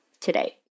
today